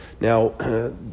Now